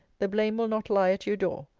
the blame will not lie at your door.